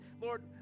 Lord